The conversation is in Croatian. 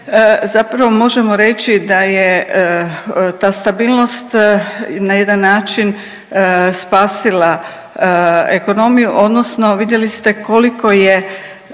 zapravo možemo reći da je ta stabilnost na jedan način spasila ekonomiju odnosno vidjeli ste koliko je